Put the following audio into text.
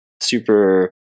Super